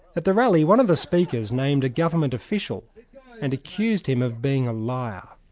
at the rally, one of the speakers named a government official and accused him of being a liar.